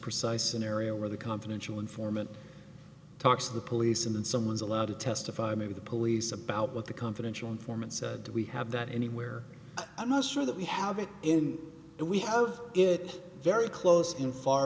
precise an area where the confidential informant talks to the police in some ways allowed to testify maybe the police about what the confidential informant said that we have that anywhere i'm not sure that we have it in and we have it very close in far